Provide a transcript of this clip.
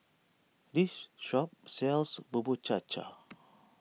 this shop sells Bubur Cha Cha